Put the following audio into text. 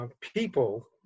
people